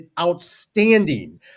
outstanding